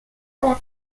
alla